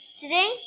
Today